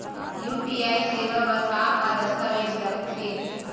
UPI सेवा बर का का दस्तावेज लगथे?